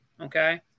Okay